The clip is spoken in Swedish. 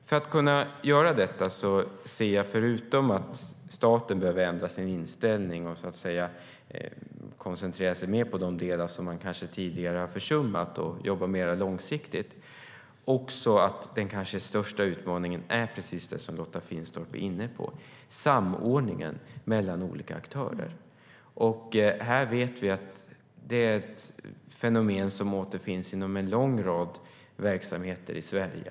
För att kunna göra det anser jag att staten behöver ändra sin inställning och koncentrera sig mer på de delar som tidigare kanske försummats och i stället jobba mer långsiktigt. Den kanske största utmaningen är precis det som Lotta Finstorp är inne på, samordningen mellan olika aktörer. Vi vet att det är ett fenomen som återfinns inom en lång rad verksamheter i Sverige.